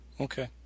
Okay